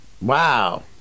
Wow